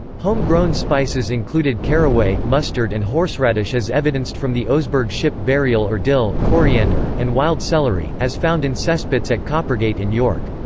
home grown spices included caraway, mustard and horseradish as evidenced from the oseberg ship burial or dill, coriander, and wild celery, as found in cesspits at coppergate in york.